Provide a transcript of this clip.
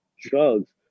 drugs